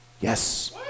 Yes